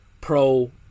pro